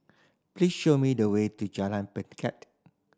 please show me the way to Jalan Pelikat